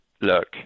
look